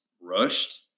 rushed